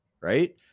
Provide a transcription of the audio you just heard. right